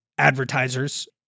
Advertisers